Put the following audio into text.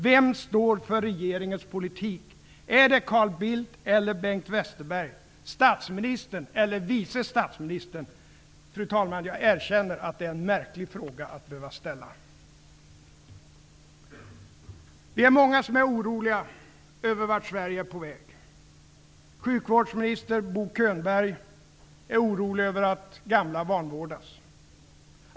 Vem står för regeringens politik? Är det Carl Bildt eller Bengt Westerberg? Är det statsministern eller vice statsministern? Fru talman! Jag erkänner att det är en märklig fråga att behöva ställa. Vi är många som är oroliga över vart Sverige är på väg. Sjukvårdsminister Bo Könberg är orolig över att gamla vanvårdas.